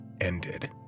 ended